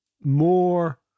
more